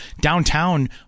downtown